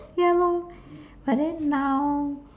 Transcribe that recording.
ya lor but then now